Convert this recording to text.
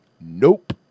Nope